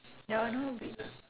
ya no be